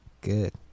Good